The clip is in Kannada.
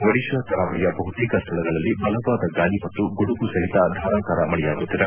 ಒದಿಶಾ ಕರಾವಳಿಯ ಬಹುತೇಕ ಸ್ದಳಗಳಲ್ಲಿ ಬಲವಾದ ಗಾಳಿ ಮತ್ತು ಗುಡುಗು ಸಹಿತ ಧಾರಾಕಾರ ಮಳೆಯಾಗುತ್ತಿದೆ